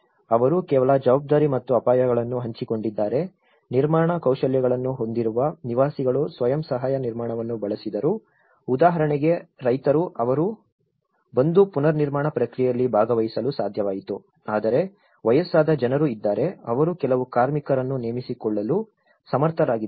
ಅವರು ಕೇವಲ ಜವಾಬ್ದಾರಿ ಮತ್ತು ಅಪಾಯಗಳನ್ನು ಹಂಚಿಕೊಂಡಿದ್ದಾರೆ ನಿರ್ಮಾಣ ಕೌಶಲ್ಯಗಳನ್ನು ಹೊಂದಿರುವ ನಿವಾಸಿಗಳು ಸ್ವಯಂ ಸಹಾಯ ನಿರ್ಮಾಣವನ್ನು ಬಳಸಿದರು ಉದಾಹರಣೆಗೆ ರೈತರು ಅವರು ಬಂದು ಪುನರ್ನಿರ್ಮಾಣ ಪ್ರಕ್ರಿಯೆಯಲ್ಲಿ ಭಾಗವಹಿಸಲು ಸಾಧ್ಯವಾಯಿತು ಆದರೆ ವಯಸ್ಸಾದ ಜನರು ಇದ್ದಾರೆ ಅವರು ಕೆಲವು ಕಾರ್ಮಿಕರನ್ನು ನೇಮಿಸಿಕೊಳ್ಳಲು ಸಮರ್ಥರಾಗಿದ್ದಾರೆ